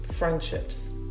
friendships